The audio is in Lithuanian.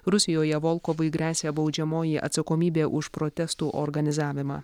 rusijoje volkovui gresia baudžiamoji atsakomybė už protestų organizavimą